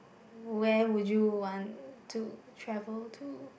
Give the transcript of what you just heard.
where would you want to travel to